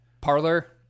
Parlor